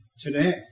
today